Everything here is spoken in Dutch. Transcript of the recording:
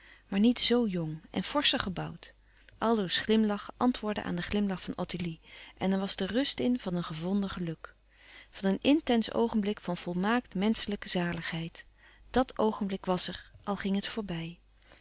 maar niet zo jong en forscher gebouwd aldo's glimlach antwoordde aan den glimlach van ottilie en er was de rust in van een gevonden geluk van een intens oogenblik van volmaakt menschelijke zaligheid dàt oogenblik was er al ging het voorbij